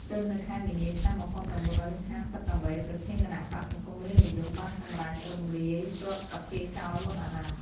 ទើបនៅខែមីនា ឆ្នាំ ១៩៥៨ ប្រធានគណបក្សសង្គមរាស្ត្រនិយមបានសម្រេចរំលាយរដ្ឋសភាចោលមុនអាណត្តិ។